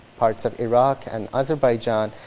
parts of iraq, and azerbaijan,